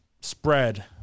spread